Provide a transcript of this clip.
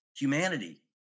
humanity